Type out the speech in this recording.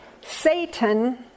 Satan